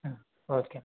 ம் ஓகே